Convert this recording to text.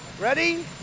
Ready